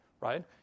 right